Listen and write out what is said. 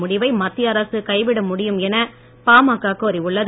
முடிவை மத்திய அரசு கைவிட முடியும் என பாமக கோரியுள்ளது